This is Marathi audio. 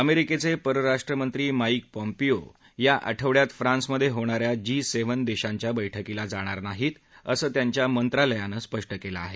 अमेरिकेचे परराष्ट्र मंत्री माईक पॉंपिओ या आठवडयात फ्रान्समधे होणाऱ्या जी सेव्हन देशांच्या बैठकीला जाणार नाहीत असं त्यांच्या मंत्रालयानं स्पष्ट केलं आहे